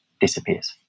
disappears